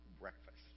breakfast